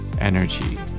energy